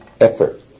effort